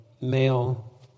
male